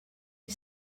you